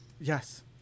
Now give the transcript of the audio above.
Yes